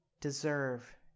Deserve